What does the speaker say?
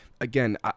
again